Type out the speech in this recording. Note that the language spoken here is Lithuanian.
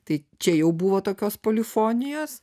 tai čia jau buvo tokios polifonijos